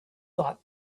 thought